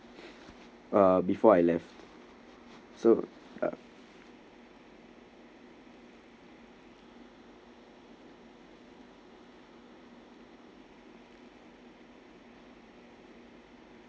uh before I left so ah